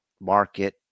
market